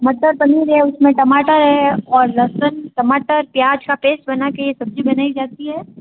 मटर पनीर है उसमें और टमाटर है और लहसुन टमाटर प्याज का पेस्ट बनाके सब्जी बनाई जाती है